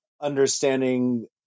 understanding